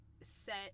set